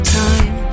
time